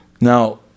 Now